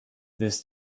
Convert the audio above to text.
this